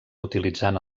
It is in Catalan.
utilitzant